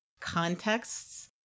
contexts